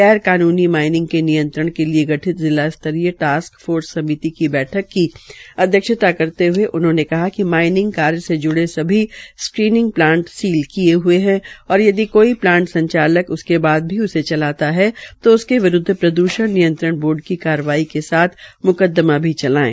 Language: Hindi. गैर कानूनी माईनिंग के नियंत्रण के लिए गठित जिला स्तरीय टास्क फोर्स समिति की बैठक की अध्यक्षता करते हये उन्होंने कहा कि माईनिंग कार्य से जूड़े सभी स्क्रीनिंग प्लांट सील किये हए हैं और यदि कोई प्लांट संचालक उसके बाद भी ऐसे प्लांट को चलाता है तो उसके विरूद्ध प्रद्षण नियंत्रण बोर्ड की कार्रवाई के साथ साथ म्कदमा चलाये